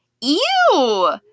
Ew